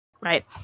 right